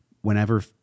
whenever